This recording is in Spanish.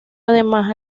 además